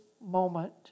moment